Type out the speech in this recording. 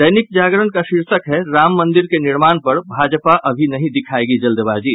दैनिक जागरण का शीर्षक है राम मंदिर के निर्माण पर भाजपा अभी नहीं दिखायेगी जल्दबाजी